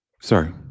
Sorry